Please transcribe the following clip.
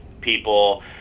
people